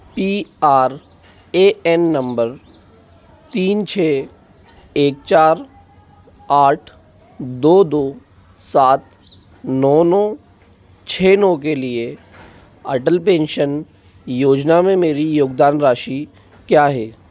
P R A N number तीन छः एक चार आठ दो दो सात नौ नौ छः नौ के लिए अटल पेंशन योजना में मेरी योगदान राशि क्या है